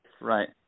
right